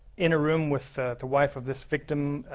in a room with the wife of this victim.